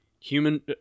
human